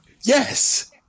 Yes